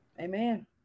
Amen